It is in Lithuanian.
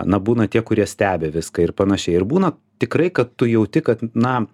na būna tie kurie stebi viską ir panašiai ir būna tikrai kad tu jauti kad na